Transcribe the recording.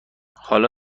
حالا